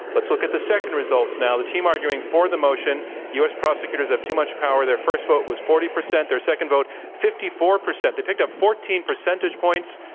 let's look at the second results now. the team arguing for the motion u. s. prosecutors have too much power. their first vote was forty percent. their second vote fifty four percent. they picked up fourteen percentage points.